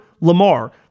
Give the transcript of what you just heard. Lamar